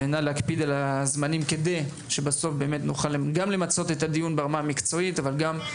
נא להקפיד על הזמנים כדי שנוכל למצות את הדיון ברמה המקצועית אבל גם